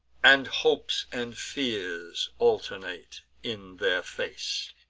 and hopes and fears alternate in their face.